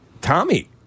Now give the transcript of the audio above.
Tommy